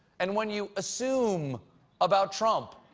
and when you assume about trump,